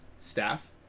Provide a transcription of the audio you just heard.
Staff